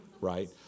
right